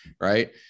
right